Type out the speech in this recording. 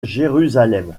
jérusalem